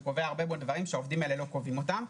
הוא קובע הרבה דברים שהעובדים האלה לא קובעים אותם.